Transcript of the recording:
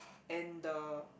and the